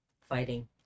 fighting